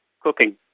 cooking